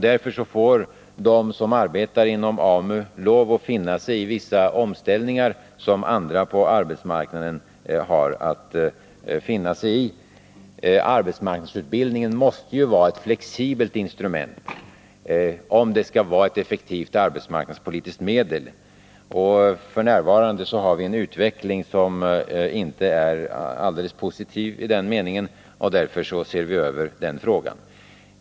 Därför får de som arbetar inom AMU lov att liksom andra på arbetsmarknaden finna sig i vissa omställningar. Arbetsmarknadsutbildningen måste vara ett flexibelt instrument, om det skall vara ett effektivt arbetsmarknadspolitiskt medel. F. n. har den en utveckling som inte är alldeles positiv i det avseendet. Därför ser vi över den frågan.